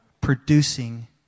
producing